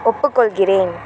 ஒப்புக்கொள்கிறேன்